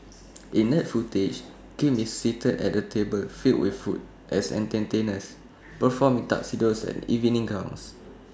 in that footage Kim is seated at A table filled with food as entertainers perform in tuxedos and evening gowns